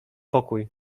pokój